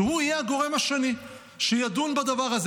שהוא יהיה הגורם השני שידון בדבר הזה.